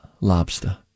Lobster